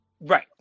Right